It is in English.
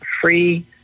free